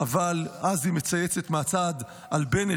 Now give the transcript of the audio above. אבל אז היא מצייצת מהצד על בנט,